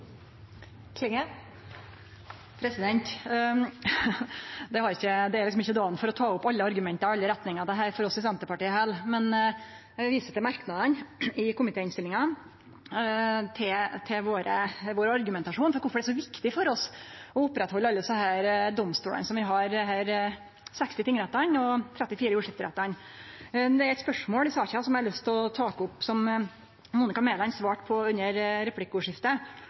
ikkje dagen for å ta opp alle argument og alle retningar av dette for oss i Senterpartiet heller, men eg vil vise til merknadene i komitéinnstillinga, til vår argumentasjon for kvifor det er så viktig for oss å halde ved lag alle desse domstolane som vi har, dei 60 tingrettane og dei 34 jordskifterettane. Det er eit spørsmål i saka som eg har lyst til å ta opp, som Monica Mæland svarte på under replikkordskiftet.